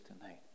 tonight